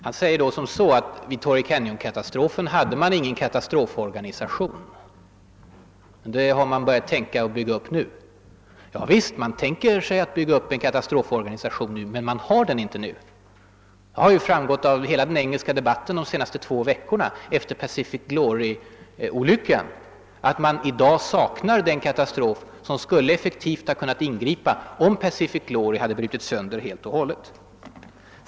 Han sade att vid Torrey Canyon-katastrofen hade man ingen katastroforganisation, men det har man nu : börjat tänka på att bygga upp. Javisst, man tänker sig att bygga upp en katastroforganisation, men man har den inte i dag. Det har ju framgått av hela den engelska debatten de senaste två veckorna, efter Pacific Glory-olyckan, att man i dag saknar den katastroforganisation som skulle effektivt ha kunnat ingripa, om Pacific Glory hade brutits sönder helt och hållet.